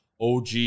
OG